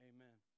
Amen